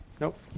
Nope